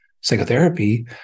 psychotherapy